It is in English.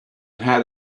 had